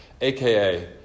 aka